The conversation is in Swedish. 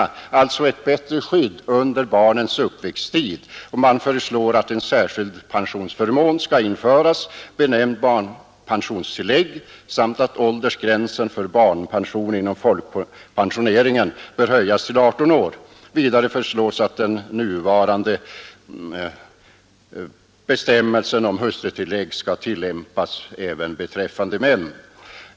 Man vill alltså ge barnen ett bättre skydd under deras uppväxttid. Kommittén föreslår att en särskild pensionsförmån införs benämnd barnpensionstillägg, att åldersgränsen för barnpension inom folkpensioneringen höjs från 16 till 18 år och att nuvarande bestämmelser om hustrutillägg ges motsvarande tillämpning beträffande män.